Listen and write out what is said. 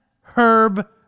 Herb